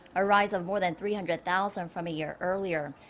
a rise of more than three hundred thousand from a year earlier.